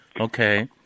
Okay